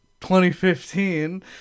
2015